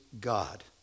God